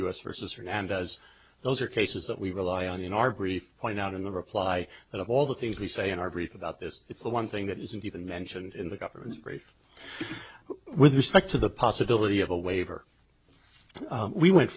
us versus in and as those are cases that we rely on in our brief point out in the reply that of all the things we say in our brief about this it's the one thing that isn't even mentioned in the government's brief with respect to the possibility of a waiver we went